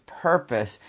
purpose